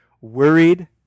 worried